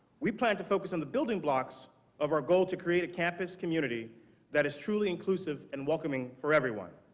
we plan to focus on the building blocks of our goal to create a campus community that is truly inclusive and welcomeing for everyone.